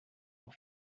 pour